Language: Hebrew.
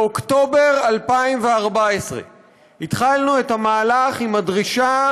באוקטובר 2014 התחלנו את המהלך עם הדרישה